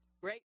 Great